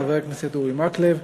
חבר הכנסת אורי מקלב,